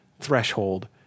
threshold